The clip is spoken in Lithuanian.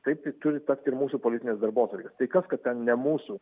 taip tai turi tapti ir mūsų politinės darbotvarkės tai kas kad ten ne mūsų